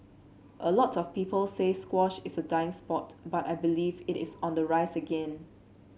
a lot of people say squash is a dying sport but I believe it is on the rise again